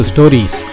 Stories